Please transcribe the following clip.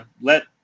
Let